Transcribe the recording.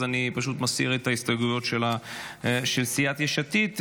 אז אני פשוט מסיר את ההסתייגויות של סיעת יש עתיד,